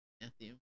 Matthew